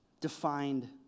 defined